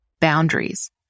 boundaries